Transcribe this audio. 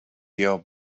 your